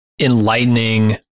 enlightening